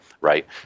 right